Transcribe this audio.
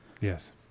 Yes